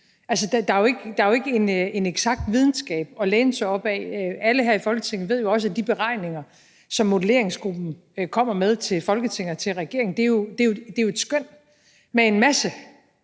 der er jo ikke en eksakt videnskab at læne sig op ad. Alle her i Folketinget ved jo også, at de beregninger, som modelleringsgruppen kommer med til Folketinget og til regeringen, jo er et skøn med en masse